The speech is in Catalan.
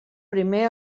primer